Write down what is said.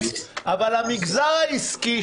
אבל המגזר העסקי,